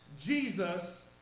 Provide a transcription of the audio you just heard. Jesus